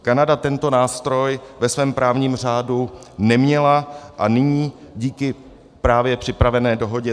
Kanada tento nástroj ve svém právním řádu neměla a nyní díky právě připravené dohodě